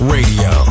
Radio